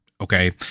okay